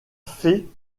fait